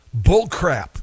bullcrap